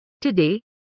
Today